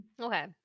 okay